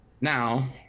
Now